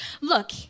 look